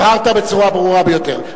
הבהרת בצורה ברורה ביותר.